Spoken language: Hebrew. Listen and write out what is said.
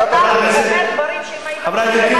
כי אתה אומר דברים שאם היית שומע את מה שאני אמרתי,